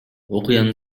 окуянын